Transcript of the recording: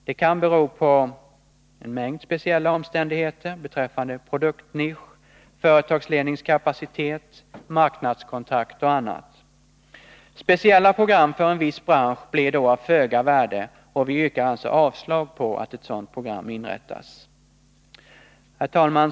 Det kan bero på en mängd speciella omständigheter beträffande produktnisch, företagsledningskapacitet, marknadskontakt och annat. Speciella program för en viss bransch blir då av föga värde, och vi yrkar alltså avslag på förslaget om att ett sådant program inrättas. Herr talman!